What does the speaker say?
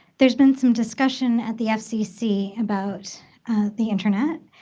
there's been some discussion at the fcc about the internet.